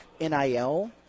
NIL